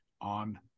on